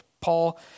Paul